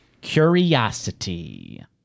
Curiosity